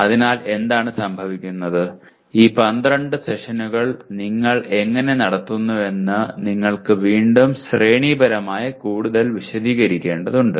അതിനാൽ എന്താണ് സംഭവിക്കുന്നത് ഈ 12 സെഷനുകൾ നിങ്ങൾ എങ്ങനെ നടത്തുന്നുവെന്ന് നിങ്ങൾ വീണ്ടും ശ്രേണിപരമായി കൂടുതൽ വിശദീകരിക്കേണ്ടതുണ്ട്